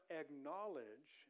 acknowledge